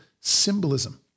symbolism